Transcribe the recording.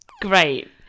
Great